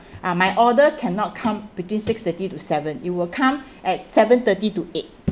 uh my order cannot come between six thirty to seven it will come at seven thirty to eight